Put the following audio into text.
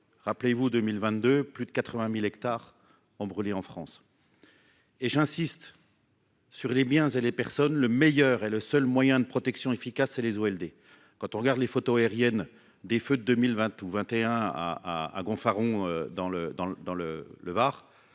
Rappelez vous 2022 : plus de 80 000 hectares ont brûlé en France. J’y insiste, pour protéger les biens et les personnes, le meilleur et le seul moyen de protection efficace réside dans les OLD. Quand on regarde les photos aériennes des feux de 2020 ou de 2021 à Gonfaron dans le Var,